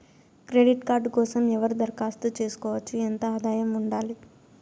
Credit card కోసం ఎవరు దరఖాస్తు చేసుకోవచ్చు? ఎంత ఆదాయం ఉండాలి?